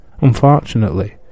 Unfortunately